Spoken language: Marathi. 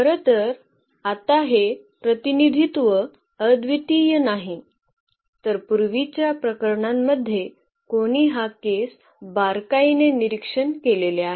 खरं तर आता हे प्रतिनिधित्व अद्वितीय नाही तर पूर्वीच्या प्रकरणांमध्ये कोणी हा केस बारकाईने निरीक्षण केलेले आहे